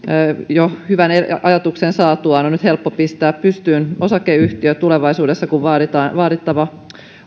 hyvän ajatuksen saatuaan on nyt helppo pistää pystyyn osakeyhtiö tulevaisuudessa kun vaadittava vaadittava